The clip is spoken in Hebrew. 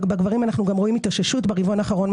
ובקרב הגברים אנחנו גם רואים התאוששות ניכרת ברבעון האחרון.